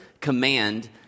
command